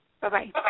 Bye-bye